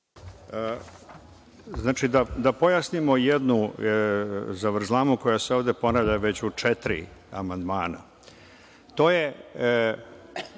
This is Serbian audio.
Da pojasnimo jednu zavrzlamu koja se ovde ponavlja već u četiri amandmana. To je,